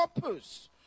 purpose